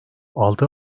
altı